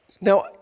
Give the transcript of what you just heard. Now